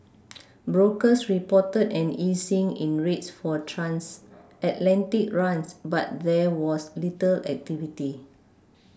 brokers reported an easing in rates for transatlantic runs but there was little activity